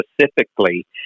Specifically